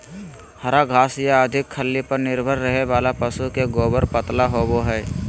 हरा घास या अधिक खल्ली पर निर्भर रहे वाला पशु के गोबर पतला होवो हइ